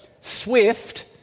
swift